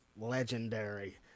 legendary